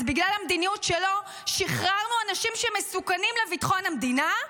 אז בגלל המדיניות שלו שחררנו אנשים שמסוכנים לביטחון המדינה,